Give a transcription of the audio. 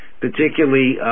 particularly